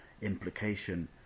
implication